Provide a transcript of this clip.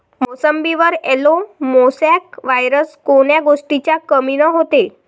मोसंबीवर yellow mosaic virus कोन्या गोष्टीच्या कमीनं होते?